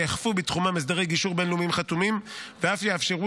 יאכפו בתחומן הסדרי גישור בין-לאומיים חתומים ואף יאפשרו